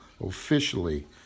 officially